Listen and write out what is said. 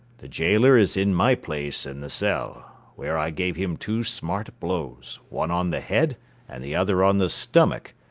the gaoler is in my place in the cell, where i gave him two smart blows, one on the head and the other on the stomach,